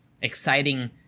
exciting